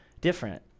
different